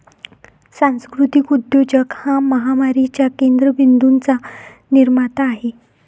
सांस्कृतिक उद्योजक हा महामारीच्या केंद्र बिंदूंचा निर्माता आहे